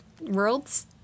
worlds